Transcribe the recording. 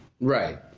Right